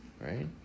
right